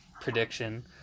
prediction